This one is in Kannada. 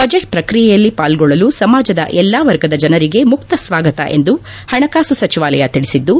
ಬಜೆಟ್ ಪ್ರಕ್ರಿಯೆಯಲ್ಲಿ ಪಾಲ್ಗೊಳ್ಳಲು ಸಮಾಜದ ಎಲ್ಲಾ ವರ್ಗದ ಜನರಿಗೆ ಮುಕ್ತ ಸ್ವಾಗತ ಎಂದು ಹಣಕಾಸು ಸಚಿವಾಲಯ ತಿಳಿಬಿದ್ದು